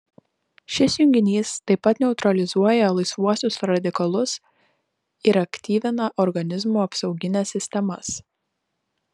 šis junginys taip pat neutralizuoja laisvuosius radikalus ir aktyvina organizmo apsaugines sistemas